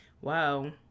wow